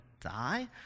die